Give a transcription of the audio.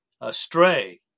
astray